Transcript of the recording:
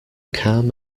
calm